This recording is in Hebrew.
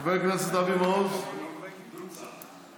חבר כנסת אבי מעוז, נמצא.